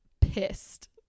pissed